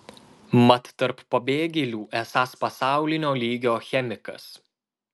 mat tarp pabėgėlių esąs pasaulinio lygio chemikas